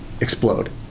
explode